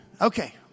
Okay